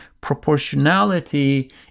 proportionality